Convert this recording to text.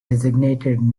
designated